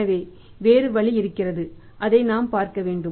எனவே வேறு ஒரு வழி இருக்கிறது அதை நாம் பார்க்க வேண்டும்